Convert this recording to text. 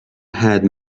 had